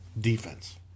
defense